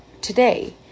today